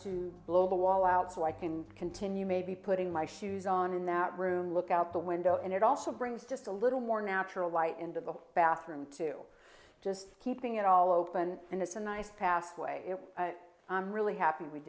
to blow the wall out so i can continue maybe putting my shoes on in that room look out the window and it also brings just a little more natural light into the bathroom to just keeping it all open and it's a nice pathway i'm really happy we